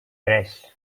tres